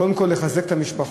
קודם כול, לחזק את המשפחות,